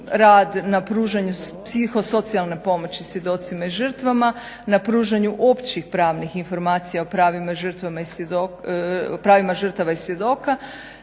rad na pružanju psihosocijalne pomoći svjedocima i žrtvama na pružanju općih pravnih informacija o pravima žrtava i svjedoka,